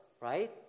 right